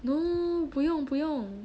no 不用不用